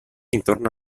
intorno